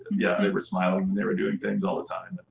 yeah, and they were smiling, and they were doing things all the time,